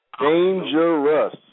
Dangerous